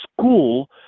school